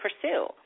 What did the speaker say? pursue